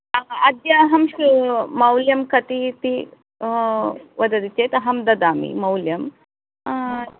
हा अद्य अहं तु मौल्यं कति इति वदति चेत् अहं ददामि मौल्यं